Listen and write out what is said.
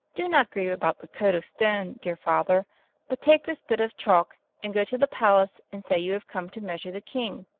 do not grieve about the coat of stone, dear father but take this bit of chalk, and go to the palace and say you have come to measure the king